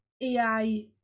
AI